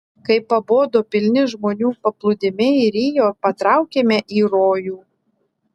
kai pabodo pilni žmonių paplūdimiai rio patraukėme į rojų